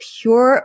pure